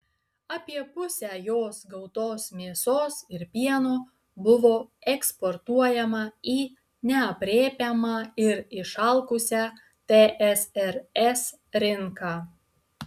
apie pusę jos gautos mėsos ir pieno buvo eksportuojama į neaprėpiamą ir išalkusią tsrs rinką